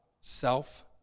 self